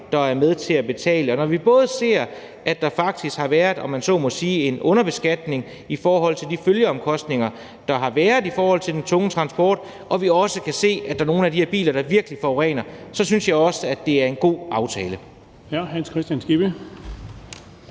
der er med til at betale. Og når vi faktisk både kan se, at der – om man så må sige – har været en underbeskatning i forhold til de følgeomkostninger, der har været i forhold til den tunge transport, og vi også kan se, at der er nogle af de her biler, der virkelig forurener, så synes jeg også, at det er en god aftale.